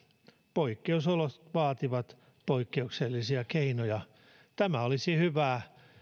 poikkeusolot vaativat poikkeuksellisia keinoja tämä olisi hyvää